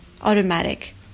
automatic